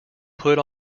put